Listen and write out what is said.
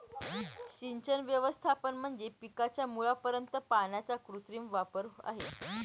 सिंचन व्यवस्थापन म्हणजे पिकाच्या मुळापर्यंत पाण्याचा कृत्रिम वापर आहे